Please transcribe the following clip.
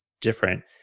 different